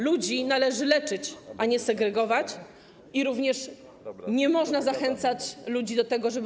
Ludzi należy leczyć, a nie segregować i również nie można zachęcać ludzi do tego, żeby.